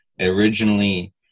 originally